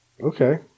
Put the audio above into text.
Okay